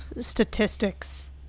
Statistics